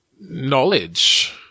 Knowledge